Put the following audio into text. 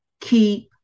keep